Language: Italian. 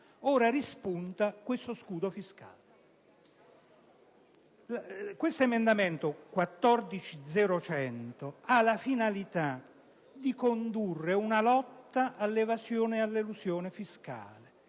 Ora rispunta lo scudo fiscale. Il nostro emendamento 14.0.100 ha la finalità di condurre la lotta all'elusione e all'evasione fiscale.